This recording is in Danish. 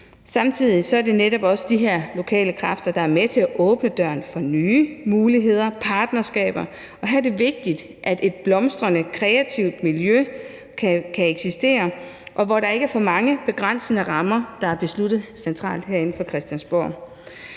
Samtidig er det netop også de her lokale kræfter, der er med til at åbne døren for nye muligheder og partnerskaber, og her er det vigtigt, at et blomstrende kreativt miljø kan eksistere, og hvor der ikke er for mange begrænsende rammer, der er besluttet centralt herinde fra Christiansborgs